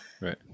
right